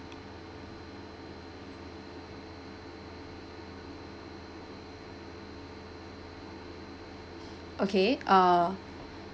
okay err